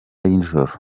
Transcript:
y’ijoro